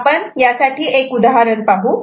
आपण एक उदाहरण पाहू